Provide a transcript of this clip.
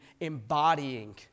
embodying